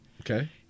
Okay